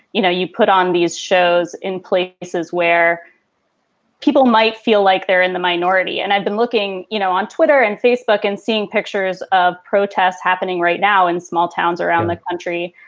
you know, you put on these shows in places where people might feel like they're in the minority. and i've been looking, you know, on twitter and facebook and seeing pictures of protests happening right now in small towns around the country.